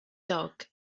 dog